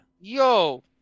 Yo